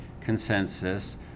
consensus